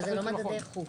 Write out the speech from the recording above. אבל זה לא מדדי איכות.